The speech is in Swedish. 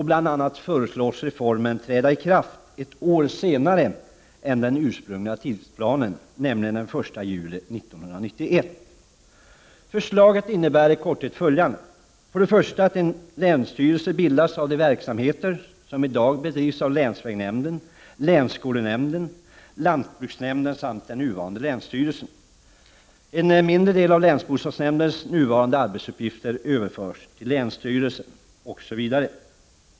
Bl.a. föreslås reformen träda i kraft ett år senare än vad som avses i den ursprungliga tidsplanen, nämligen den 1 juli 1991. Förslaget innebär i korthet följande. En ny länsstyrelse bildas av de verksamheter som i dag bedrivs av länsvägnämnden, länsskolnämnden, lantbruksnämnden, samt den nuvarande länsstyrelsen. En mindre del av länsbostadsnämndens nuvarande arbetsuppgifter överförs till länsstyrelsen osv.